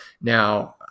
now